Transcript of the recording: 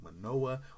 Manoa